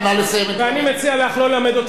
אני מציע לך, בבקשה.